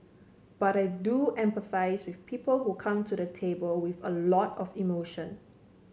but I do empathise with people who come to the table with a lot of emotion